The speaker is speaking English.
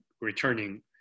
returning